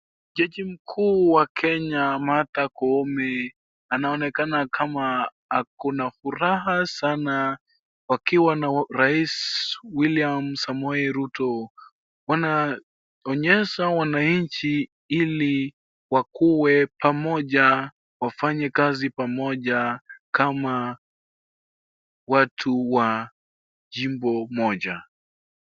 Jaji mkuu wa Kenya Martha Koome anaonekana kama ako na furaha sana wakiwa na rais William Samoei Ruto. Wanaonyesha wananchi ili wakuwe pamoja, wafanye kazi pamoja kama watu wa jimbo moja.